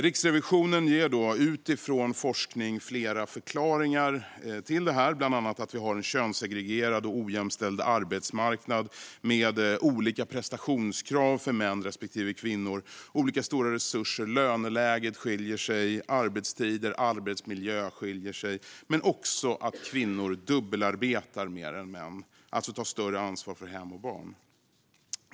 Riksrevisionen ger, utifrån forskning, flera förklaringar till detta, bland annat att vi har en könssegregerad och ojämställd arbetsmarknad med olika prestationskrav för män respektive kvinnor, olika stora resurser och löneläge, arbetstider och arbetsmiljö som skiljer sig. Men kvinnor dubbelarbetar också mer än män och tar alltså ett större ansvar för hem och barn.